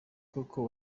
koko